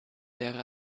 wäre